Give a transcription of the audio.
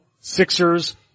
Sixers